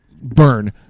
burn